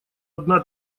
одна